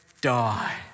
die